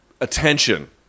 attention